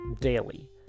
daily